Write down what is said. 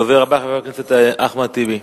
הדובר הבא, חבר הכנסת אחמד טיבי.